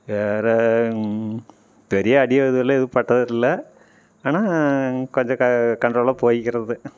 வேறு பெரிய அடி எதுவும் இல்லை எதுவும் பட்டது இல்லை ஆனால் கொஞ்சம் க கண்ட்ரோலாக போயிக்கிறது